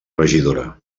regidora